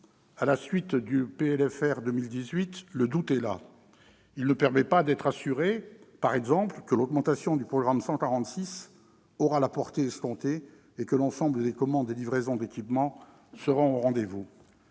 rectificative pour 2018, le doute est là. Il ne permet pas d'être assuré, par exemple, que l'augmentation du programme 146 aura la portée escomptée et que l'ensemble des commandes et livraisons d'équipements seront au rendez-vous.